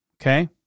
okay